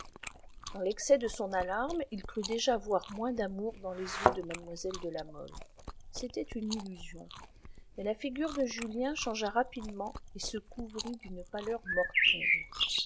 dans l'excès de son alarme il crut déjà voir moins d'amour dans les yeux de mlle de la mole c'était une illusion mais la figure de julien changea rapidement et se couvrit d'une pâleur mortelle